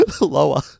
lower